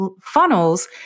funnels